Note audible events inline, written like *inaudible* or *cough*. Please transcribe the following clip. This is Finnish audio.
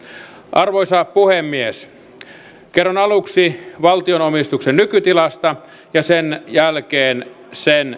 arvoisa puhemies kerron aluksi valtion omistuksen nykytilasta ja sen jälkeen sen *unintelligible*